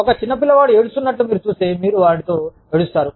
ఒక చిన్న పిల్లవాడు ఏడుస్తున్నట్లు మీరు చూస్తే మీరు వారితో ఏడుస్తారు